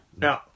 No